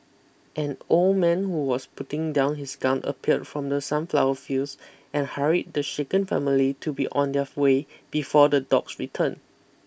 an old man who was putting down his gun appeared from the sunflower fields and hurried the shaken family to be on their way before the dogs return